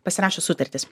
pasirašė sutartis